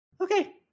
Okay